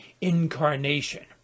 incarnation